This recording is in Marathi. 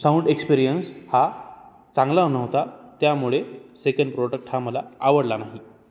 साऊंड एक्सपीरियन्स हा चांगला नव्हता त्यामुळे सेकंड प्रोडक्ट हा मला आवडला नाही